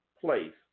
place